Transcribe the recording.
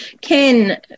Ken